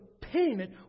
payment